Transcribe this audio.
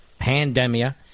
Pandemia